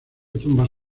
tumbas